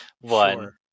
one